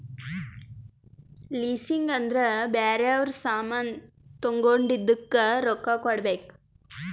leasing ಅಂದುರ್ ಬ್ಯಾರೆ ಅವ್ರ ಸಾಮಾನ್ ತಗೊಂಡಿದ್ದುಕ್ ರೊಕ್ಕಾ ಕೊಡ್ಬೇಕ್